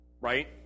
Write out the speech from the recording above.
right